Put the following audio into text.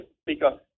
Speaker